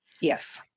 Yes